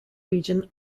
region